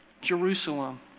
Jerusalem